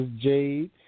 Jade